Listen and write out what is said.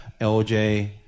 LJ